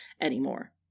anymore